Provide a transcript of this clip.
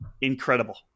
incredible